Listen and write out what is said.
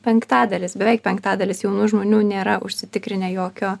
penktadalis beveik penktadalis jaunų žmonių nėra užsitikrinę jokio